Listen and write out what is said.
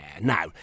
Now